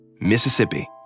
Mississippi